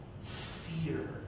fear